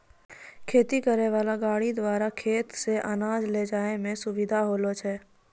खेती करै वाला गाड़ी द्वारा खेत से अनाज ले जाय मे सुबिधा होलो छै